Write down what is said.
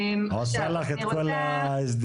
עושה לך את כל ההסדרים.